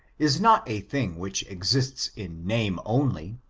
is not a thing which exists in name only,